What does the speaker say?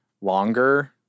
longer